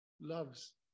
loves